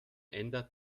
ändert